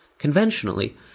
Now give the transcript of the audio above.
Conventionally